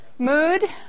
Mood